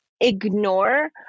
ignore